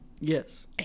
Yes